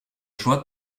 choix